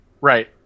Right